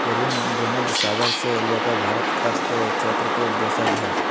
पूर्वी भूमध्य सागर से लेकर भारत तक के क्षेत्र के देशज हइ